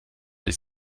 dich